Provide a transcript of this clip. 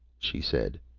she said.